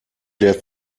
der